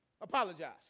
apologize